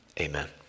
amen